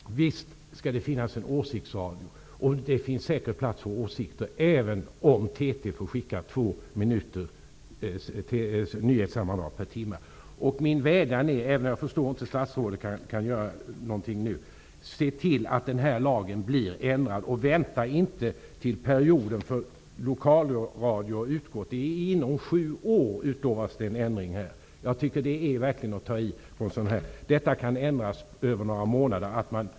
Fru talman! Visst skall det finnas en åsiktsradio! Det finns säkert plats för åsikter även om TT skulle få sända ett två minuter långt nyhetssammandrag per timme. Jag förstår om inte statsrådet kan göra något nu. Min vädjan är att statsrådet skall se till att den här lagen blir ändrad. Vänta inte tills perioden för lokalradion har gått ut. Inom sju år utlovas en ändring. Jag tycker att det verkligen är att ta i. Man kan genomföra en sådan här ändring på några månader.